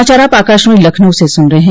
यह समाचार आप आकाशवाणी लखनऊ से सुन रहे हैं